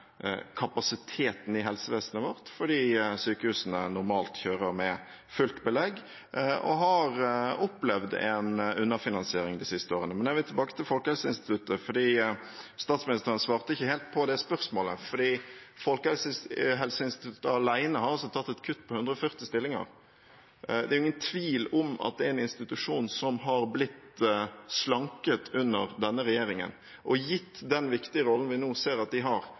kapasiteten i helsevesenet fordi sykehusene normalt kjører med fullt belegg og har opplevd en underfinansiering de siste årene. Men jeg vil tilbake til Folkehelseinstituttet, for statsministeren svarte ikke helt på det spørsmålet. Folkehelseinstituttet alene har tatt et kutt på 140 stillinger. Det er ingen tvil om at det er en institusjon som har blitt slanket under denne regjeringen. Gitt den viktige rollen vi nå ser at de har,